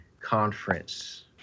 conference